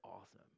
awesome